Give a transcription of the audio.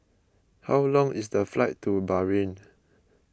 how long is the flight to Bahrain